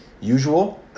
usual